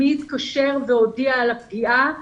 מי התקשר והודיע על הפגיעה,